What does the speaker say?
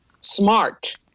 smart